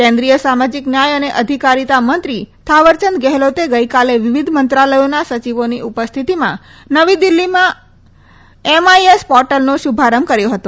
કેન્દ્રિય સામાજીક ન્યાય અને અધિકારીતા મંત્રી થાવરચંદ ગેહલોતે ગઈકાલે વિવિધ મંત્રાલયોના સચિવોની ઉપસ્થિતિમાં નવી દિલ્હીમાં એમઆઈએસ પોર્ટલનો શુભારંભ કર્યો હતો